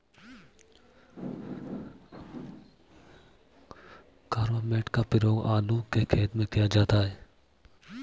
carbamate का प्रयोग आलू के खेत में किया जाता है